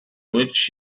which